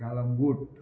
Calangute